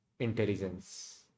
intelligence